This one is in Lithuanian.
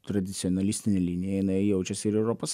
tradicionalistinė linija jinai jaučiasi ir europos